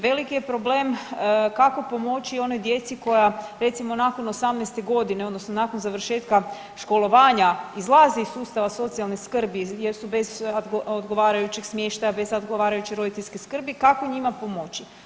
Veliki je problem kako pomoći onoj djeci koja recimo nakon 18-te godine odnosno nakon završetka školovanja izlaze iz sustava socijalne skrbi jer su bez odgovarajućeg smještaja, bez odgovarajuće roditeljske skrbi, kako njima pomoći.